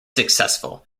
successful